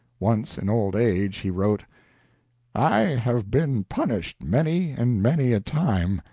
once, in old age, he wrote i have been punished many and many a time,